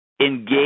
engage